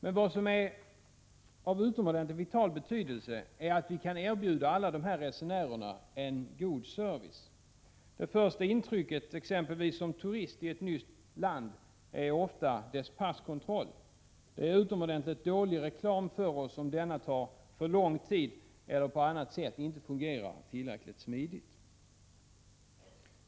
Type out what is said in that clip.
Men vad som är av utomordentligt vital betydelse är att vi kan erbjuda alla dessa resenärer en god service. Det första intrycket av ett nytt land får man, exempelvis som turist, ofta av landets passkontroll. Det är utomordentligt dålig reklam för oss om passkontrollen tar för lång tid eller på annat sätt inte fungerar tillräckligt smidigt.